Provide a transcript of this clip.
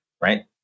Right